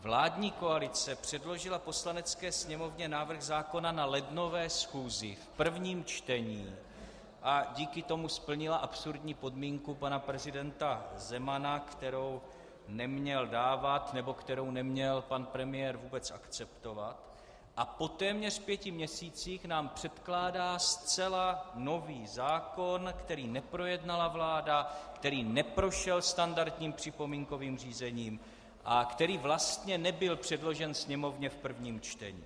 Vládní koalice předložila Poslanecké sněmovně návrh zákona na lednové schůzi v prvním čtení a díky tomu splnila absurdní podmínku pana prezidenta Zemana, kterou neměl dávat nebo kterou neměl pan premiér vůbec akceptovat, a po téměř pěti měsících nám předkládá zcela nový zákon, který neprojednala vláda, který neprošel standardním připomínkovým řízením a který vlastně nebyl předložen Sněmovně v prvním čtení.